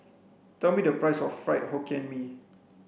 tell me the price of fried hokkien mee